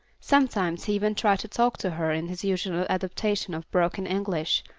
sometimes he even tried to talk to her in his usual adaptation of broken english,